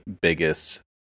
biggest